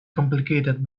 complicated